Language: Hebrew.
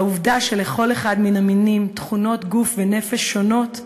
העובדה שלכל אחד מן המינים תכונות גוף ונפש שונות,